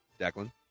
Declan